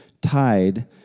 tied